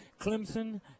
clemson